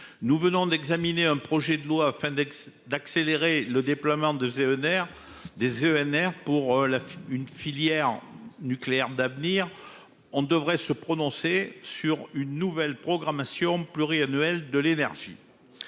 nous venons d'examiner un projet de loi afin d'Aix d'accélérer le déploiement de GNR des ENR pour la une filière nucléaire d'avenir on devrait se prononcer sur une nouvelle programmation pluriannuelle de l'énergie.